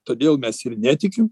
todėl mes ir netikim